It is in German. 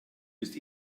ist